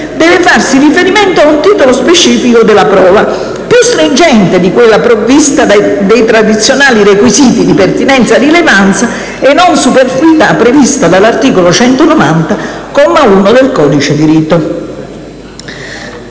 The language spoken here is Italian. deve farsi riferimento ad un titolo specifico della prova, più stringente di quella provvista dei tradizionali requisiti di pertinenza/rilevanza e non superfluità previsti dall'articolo 190, comma 1, del codice di rito.